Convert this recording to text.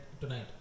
tonight